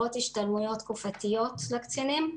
בצוק העיתים,